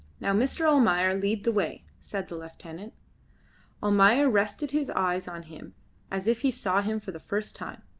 now, mr. almayer, lead the way, said the lieutenant almayer rested his eyes on him as if he saw him for the first time.